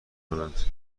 کنند